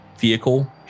vehicle